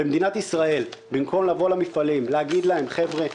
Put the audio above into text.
במדינת ישראל במקום לבוא למפעלים ולהגיד להם: חבר'ה,